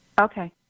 Okay